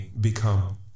become